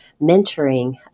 mentoring